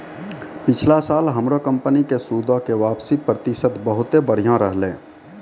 पिछला साल हमरो कंपनी के सूदो के वापसी प्रतिशत बहुते बढ़िया रहलै